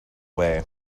way